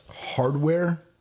Hardware